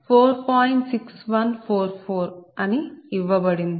6144 అని ఇవ్వబడింది